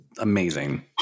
amazing